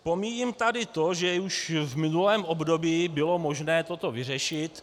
Pomíjím tady to, že už v minulém období bylo možné toto vyřešit.